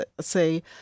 say